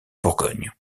bourgogne